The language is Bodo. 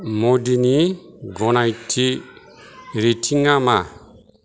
मदिनि गनायथि रेटिंआ मा